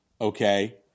Okay